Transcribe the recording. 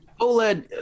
oled